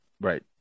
Right